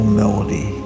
melody